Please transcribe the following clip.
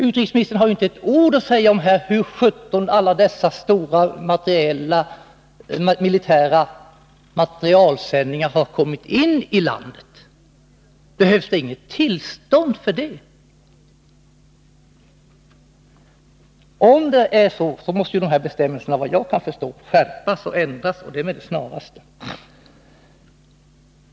Utrikesministern har inte ett ord att säga om hur sjutton alla dessa stora militära materielsändningar har kommit ini landet. Behövs det inget tillstånd för det? Om det är så, måste bestämmelserna vad jag kan förstå skärpas och det med det snaraste.